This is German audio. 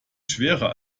schwerer